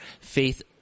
faith